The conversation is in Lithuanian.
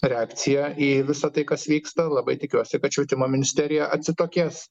reakcija į visa tai kas vyksta labai tikiuosi kad švietimo ministerija atsitokės